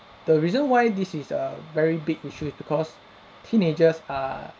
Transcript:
the reason why this is a very big issue is because teenagers are